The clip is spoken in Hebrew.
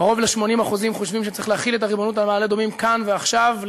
קרוב ל-80% חושבים שצריך להחיל את הריבונות על מעלה-אדומים כאן ועכשיו,